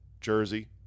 jersey